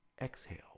exhale